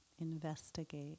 Investigate